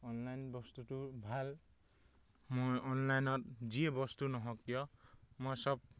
online বস্তুটো ভাল মই অনলাইনত যিয়ে বস্তু নহওক কিয় মই চব